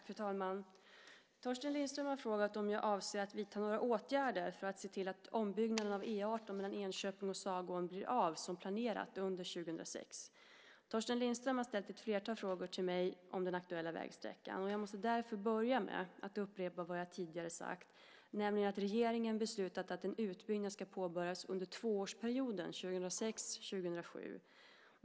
Fru talman! Torsten Lindström har frågat om jag avser att vidta några åtgärder för att se till att ombyggnaden av E 18 mellan Enköping och Sagån blir av som planerat under 2006. Torsten Lindström har ställt ett flertal frågor till mig om den aktuella vägsträckan. Jag måste därför börja med att upprepa vad jag tidigare har sagt, nämligen att regeringen beslutat att en utbyggnad ska påbörjas under tvåårsperioden 2006-2007.